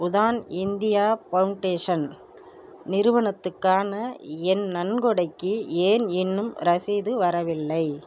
Udaan India foundation நிறுவனத்துக்கான என் நன்கொடைக்கு ஏன் இன்னும் ரசீது வரவில்லை